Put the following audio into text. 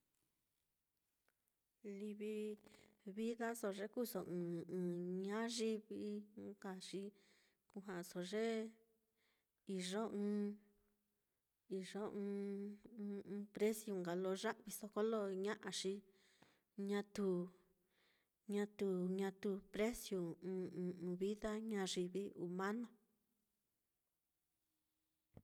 Livi vidaso ye kuuso ɨ́ɨ́n ɨ́ɨ́n ñayivi nka xi kuja'aso ye iyo ɨ́ɨ́n iyo ɨ́ɨ́n ɨ́ɨ́n-ɨ́ɨ́n preciu nka lo ya'viso kolo ña'a, xi ñatu, ñatu, ñatu preciu ɨ́ɨ́n-ɨ́ɨ́n vida ñayivi humano.